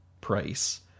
price